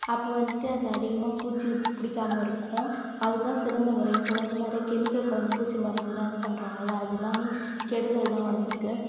அப்போது வந்துட்டு அது அதிகமாக பூச்சி பிடிக்காம இருக்கும் அதுதான் சிறந்த முறை இப்போ வந்து நிறைய கெமிக்கல் கலந்த பூச்சி மருந்தெல்லாம் இது பண்ணுறாங்கள அது எல்லாமே கெடுதல்தான் உடம்புக்கு